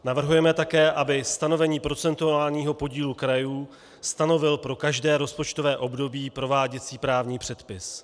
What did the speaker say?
Navrhujeme také, aby stanovení procentuálního podílu krajů stanovil pro každé rozpočtové období prováděcí právní předpis.